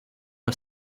are